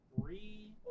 Three